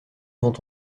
vont